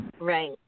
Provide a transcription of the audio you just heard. Right